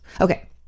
okay